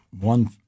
one